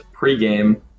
pregame